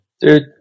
Dude